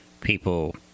people